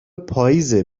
پاییزه